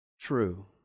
true